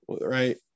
right